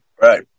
Right